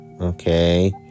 okay